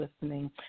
listening